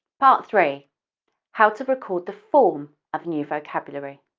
part three how to record the form of new vocabulary.